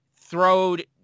throwed